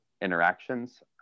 interactions